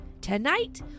Tonight